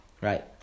Right